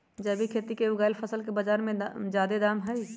जैविक खेती से उगायल फसल के बाजार में जादे दाम हई